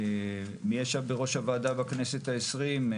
מי ישב בראש הוועדה בכנסת ה-20?